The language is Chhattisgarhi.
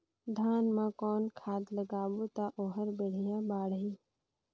धान मा कौन खाद लगाबो ता ओहार बेडिया बाणही?